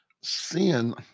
sin